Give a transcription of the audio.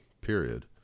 period